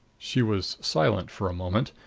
she was silent for a moment.